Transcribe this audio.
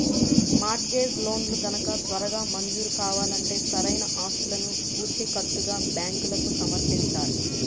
mart gauge లోన్లు గనక త్వరగా మంజూరు కావాలంటే సరైన ఆస్తులను పూచీకత్తుగా బ్యాంకులకు సమర్పించాలి